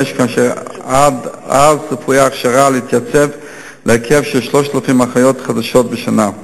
ועד אז צפויה ההכשרה להתייצב בהיקף של 3,000 אחיות חדשות בשנה.